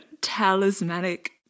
talismanic